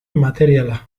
materiala